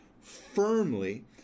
firmly